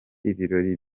ibirori